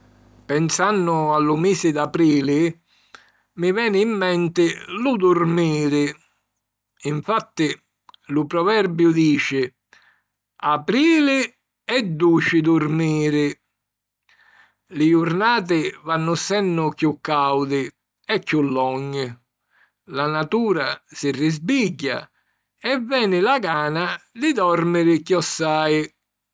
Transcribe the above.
Pensannu a lu misi d'aprili mi veni in menti lu durmiri. Infatti lu proverbiu dici: Aprili è duci durmiri. Li jurnati vannu ssennu chiù càudi e chiù longhi, la natura si risbigghia e veni la gana di dòrmiri chiossai.